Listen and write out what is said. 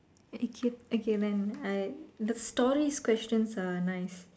okay okay when I the stories questions are nice